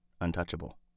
untouchable